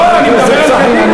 אז אני רואה בזה אולי,